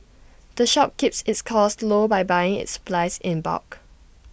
the shop keeps its costs low by buying its supplies in bulk